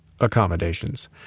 accommodations